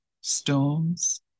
stones